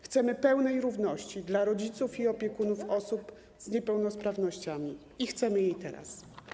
Chcemy pełnej równości dla rodziców i opiekunów osób z niepełnosprawnościami i chcemy jej teraz.